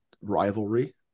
rivalry